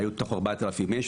ונהיו 4,000 איש,